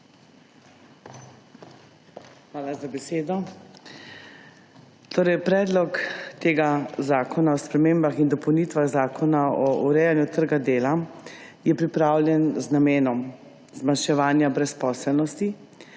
Hvala za besedo. Torej Predlog tega zakona o spremembah in dopolnitvah Zakona o urejanju trga dela je pripravljen z namenom zmanjševanja brezposelnosti,